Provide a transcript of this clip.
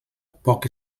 poc